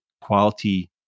quality